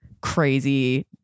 crazy